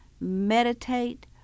meditate